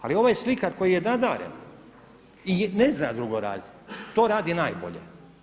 Ali ovaj slikar koji nadaren i ne zna drugo raditi to radi najbolje.